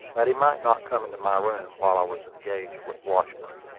that he might not come into my room while i was engaged with washburn.